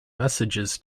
messages